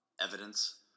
evidence